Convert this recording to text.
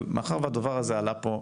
אבל מאחר והדבר עלה פה,